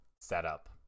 setup